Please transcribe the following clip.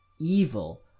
evil